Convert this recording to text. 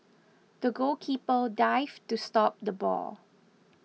the goalkeeper dived to stop the ball